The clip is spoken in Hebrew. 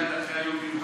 מייד אחרי היום המיוחד,